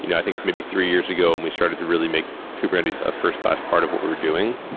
you know i think maybe three years ago when we started to really make kubernetes a fi rst-class part of what we're doing,